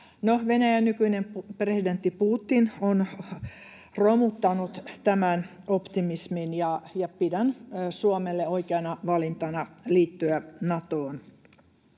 Venäjän nykyinen presidentti, Putin, on romuttanut tämän optimismin, ja pidän Suomelle oikeana valintana liittyä Natoon.